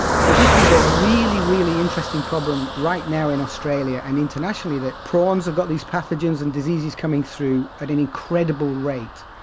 so this is a really, really interesting problem right now in australia and internationally, that prawns have got these pathogens and diseases coming through at an incredible rate,